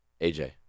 AJ